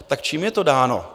Tak čím je to dáno?